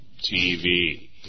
TV